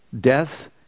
death